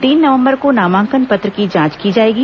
तीन नवंबर को नामांकन पत्र की जांच की जाएगी